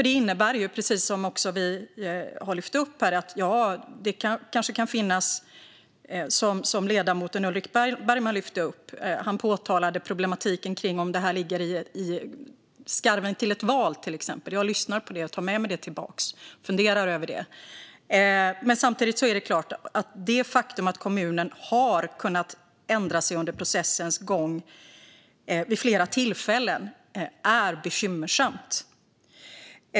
Det innebär precis det som ni har lyft upp här och som också ledamoten Ulrik Bergman lyfte upp. Han påtalade problematiken med om det till exempel ligger i skarven till ett val. Jag lyssnar på det och tar med mig det tillbaka och funderar över det. Samtidigt är det klart att det faktum att kommunen har kunnat ändra sig under processens gång vid flera tillfällen är bekymmersamt.